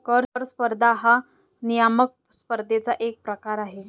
कर स्पर्धा हा नियामक स्पर्धेचा एक प्रकार आहे